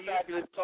fabulous